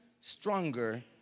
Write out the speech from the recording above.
stronger